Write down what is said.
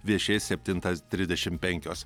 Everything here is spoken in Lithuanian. viešės septintą trisdešim penkios